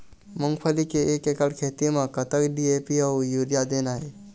मूंगफली के एक एकड़ खेती म कतक डी.ए.पी अउ यूरिया देना ये?